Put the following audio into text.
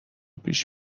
پیش